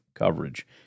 coverage